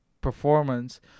performance